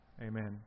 Amen